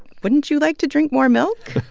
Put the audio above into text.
wouldn't you like to drink more milk?